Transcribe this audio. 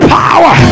power